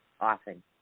often